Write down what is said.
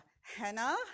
Hannah